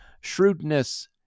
shrewdness